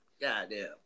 Goddamn